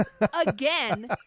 again